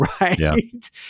right